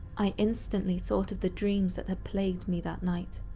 i instantly thought of the dreams that had plagued me that night.